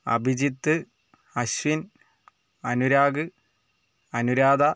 Abhijith Ashwin Anurag Anuradha